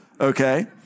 okay